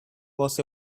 was